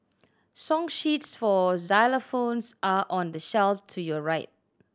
song sheets for xylophones are on the shelf to your right